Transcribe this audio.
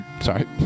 Sorry